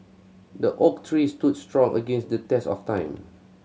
the oak tree stood strong against the test of time